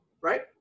right